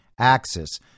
axis